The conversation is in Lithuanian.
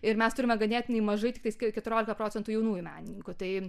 ir mes turime ganėtinai mažai tiktais keturiolika procentų jaunųjų menininkų tai